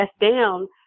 down